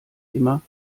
immer